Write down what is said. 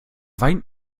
weint